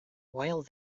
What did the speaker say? while